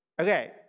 Okay